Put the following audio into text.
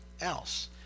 else